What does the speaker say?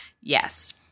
yes